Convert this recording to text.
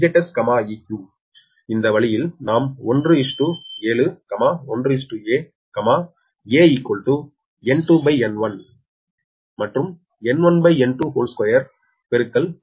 eq இந்த வழியில் நாம் 1 a 1a aN2N1right 2a2Zs